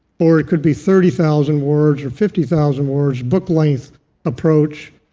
or it could be thirty thousand words or fifty thousand words, book-length approach.